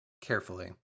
carefully